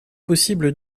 possible